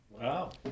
Wow